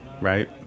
right